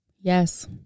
yes